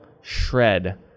shred